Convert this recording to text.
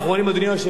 אדוני היושב-ראש,